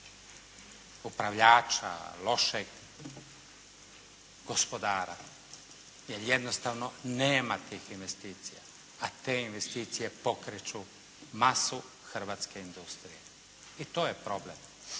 upravljača, lošeg gospodara, jer jednostavno nema tih investicija, a te investicije pokreću masu hrvatske industrije. I to je problem